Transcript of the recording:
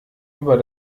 über